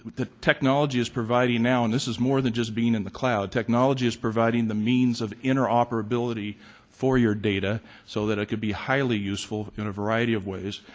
the technology is providing now and this is more than just being in the cloud. technology is providing the means of interoperability for your data so that it could be highly useful in a variety of ways.